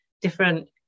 different